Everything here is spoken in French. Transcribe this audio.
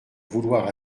vouloir